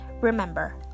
Remember